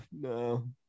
No